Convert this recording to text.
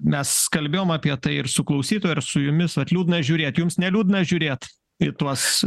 mes kalbėjom apie tai ir su klausytoja ir su jumis at liūdna žiūrėt jums neliūdna žiūrėt į tuos